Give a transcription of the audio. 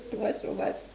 too much of us